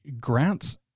grants